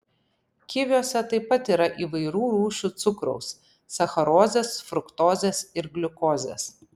kiviuose taip pat yra įvairių rūšių cukraus sacharozės fruktozės ir gliukozės